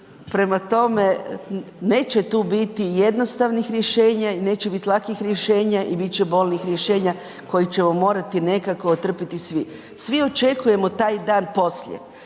prema tome neće tu biti jednostavnih rješenja i neće biti lakih rješenja i bit će bolnih rješenja koje ćemo morati nekako trpiti svi. Svi očekujemo taj dan poslije,